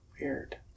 weird